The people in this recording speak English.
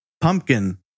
Pumpkin